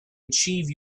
achieve